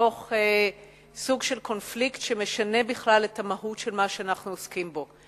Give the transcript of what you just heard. בתוך סוג של קונפליקט שמשנה את המהות של מה שאנחנו עוסקים בו.